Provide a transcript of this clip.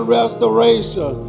restoration